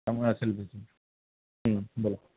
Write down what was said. त्यामुळे असेल बिझी बोला